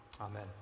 Amen